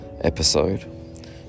episode